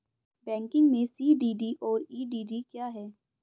Banking में CDD और EDD क्या हैं?